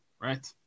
right